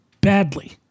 badly